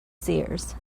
seers